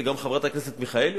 וגם חברת הכנסת מיכאלי,